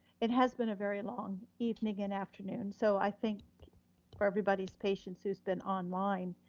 it has been a very long evening and afternoon, so i thank for everybody's patience who's been online.